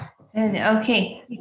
okay